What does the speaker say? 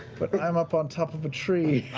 but i'm up on top of a tree.